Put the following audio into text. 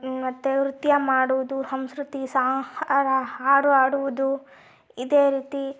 ಮತ್ತು ನೃತ್ಯ ಮಾಡುವುದು ಹಾಡು ಹಾಡುವುದು ಇದೇ ರೀತಿ